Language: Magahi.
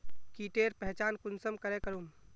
कीटेर पहचान कुंसम करे करूम?